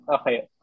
okay